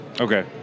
okay